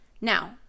Now